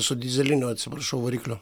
su dyzeliniu atsiprašau varikliu